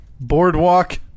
boardwalk